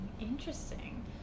interesting